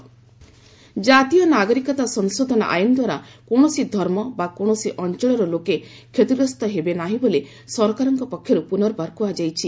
CAA misinformation ଜାତୀୟ ନାଗରିକତା ସଂଶୋଧନ ଆଇନ ଦ୍ୱାରା କୌଣସି ଧର୍ମ ବା କୌଣସି ଅଞ୍ଚଳର ଲୋକେ କ୍ଷତିଗ୍ରସ୍ତ ହେବେ ନାହିଁ ବୋଲି ସରକାରଙ୍କ ପକ୍ଷରୁ ପୁନର୍ବାର କୁହାଯାଇଛି